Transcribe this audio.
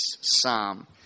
psalm